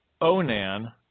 Onan